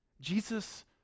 Jesus